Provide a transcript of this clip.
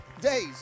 days